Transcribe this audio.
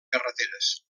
carreteres